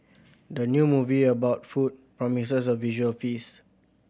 the new movie about food promises a visual feast